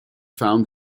found